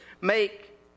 make